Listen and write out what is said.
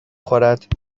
خورد